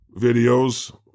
videos